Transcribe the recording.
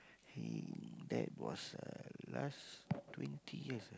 he that was uh last twenty years ah